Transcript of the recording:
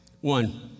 One